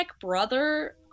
brother